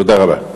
תודה רבה.